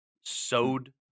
sewed